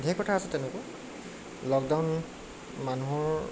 ঢেৰ কথা আছে তেনেকুৱা লকডাউন মানুহৰ